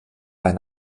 ein